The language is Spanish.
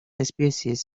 especies